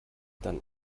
dann